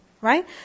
right